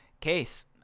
Case